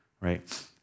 right